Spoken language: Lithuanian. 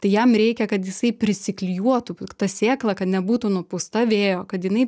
tai jam reikia kad jisai prisiklijuotų pk ta sėkla kad nebūtų nupūsta vėjo kad jinai